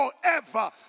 forever